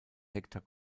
hektar